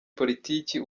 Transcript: politiki